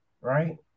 Right